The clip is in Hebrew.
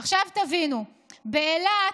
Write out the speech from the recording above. עכשיו תבינו, באילת,